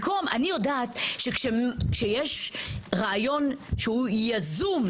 אני יודעת שכשיש רעיון שהוא יזום,